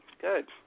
Good